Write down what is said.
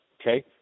Okay